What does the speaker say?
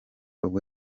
ubwo